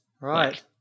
Right